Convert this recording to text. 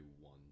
one